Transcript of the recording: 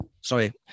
Sorry